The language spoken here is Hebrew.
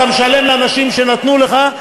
ואתה משלם לאנשים שנתנו לך,